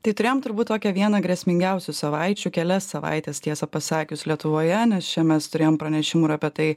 tai turėjom turbūt tokią vieną grėsmingiausių savaičių kelias savaites tiesa pasakius lietuvoje nes čia mes turėjom pranešimų ir apie tai